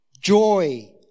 joy